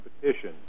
competition